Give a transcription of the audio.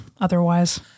otherwise